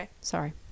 sorry